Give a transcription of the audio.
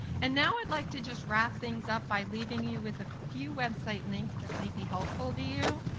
and now i'd like to just wrap things up by leaving you with a few website links that might be helpful to you.